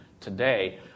today